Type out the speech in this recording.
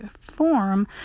form